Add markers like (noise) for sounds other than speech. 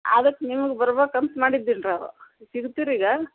ಅದಕ್ಕೆ ನಿಮ್ಗೆ ಬರ್ಬೇಕಂತ ಮಾಡಿದ್ದೀನಿ (unintelligible) ಸಿಗ್ತೀರಾ ಈಗ